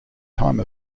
time